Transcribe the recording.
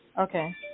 Okay